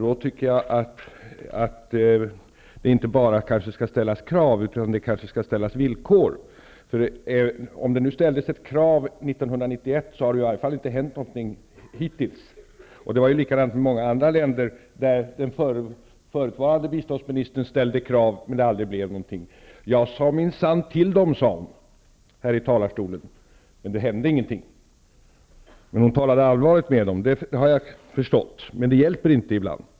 Då tycker jag att det inte bara skall ställas krav, utan det skall ställas villkor. Om det ställdes ett krav 1991, så har det i varje fall inte hänt någonting hittills. Det var ju likadant i många andra länder, där den förutvarande biståndsministern ställde krav men det aldrig blev någonting. Jag sade minsann till dem, sade hon här i talarstolen, men det hände ingenting. Att hon talade allvarligt med dem har jag förstått, men det hjälper inte ibland.